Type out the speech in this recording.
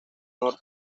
norte